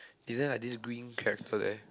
is there like this green character there